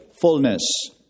Fullness